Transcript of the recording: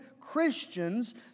Christians